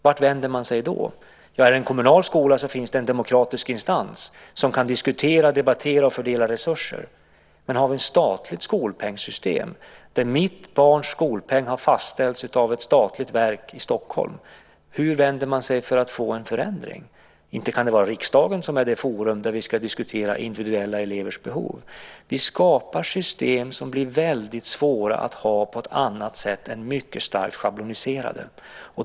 Är det en kommunal skola finns det en demokratisk instans som kan diskutera, debattera och fördela resurser. Men om vi har ett statligt skolpengssystem där mitt barns skolpeng har fastställts av ett statligt verk i Stockholm, vart vänder man sig då för att få till stånd en förändring? Inte kan riksdagen vara det forum där vi ska diskutera individuella elevers behov? Vi skapar system som det blir väldigt svårt att ha på ett annat sätt än starkt schabloniserade.